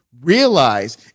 realize